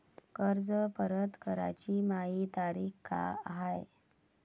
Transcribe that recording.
कर्ज परत कराची मायी तारीख का हाय?